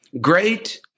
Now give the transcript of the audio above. Great